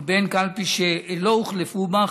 ובין קלפי שלא הוחלפו בה,